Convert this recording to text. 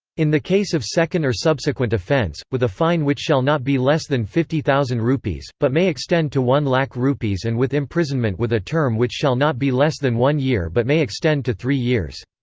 in the case of second or subsequent offence, with a fine which shall not be less than fifty thousand rupees, but may extend to one lakh rupees and with imprisonment with a term which shall not be less than one year but may extend to three years.